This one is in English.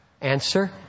Answer